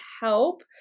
help